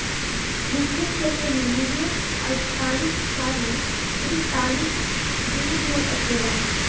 वित्तीय क्षेत्र में निवेश अल्पकालिक चाहे दीर्घकालिक दुनु हो सकेला